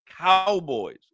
cowboys